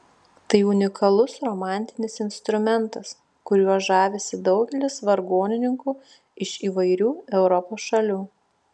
tai unikalus romantinis instrumentas kuriuo žavisi daugelis vargonininkų iš įvairių europos šalių